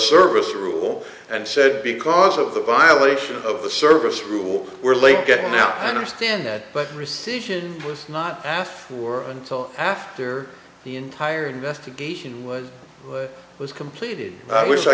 service rule and said because of the violation of the service rules were late getting now i understand that but rescission was not asked for until after the entire investigation was was completed i wish i